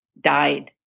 died